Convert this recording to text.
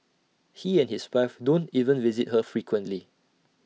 he and his wife don't even visit her frequently